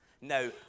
Now